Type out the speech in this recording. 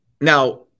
now